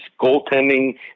goaltending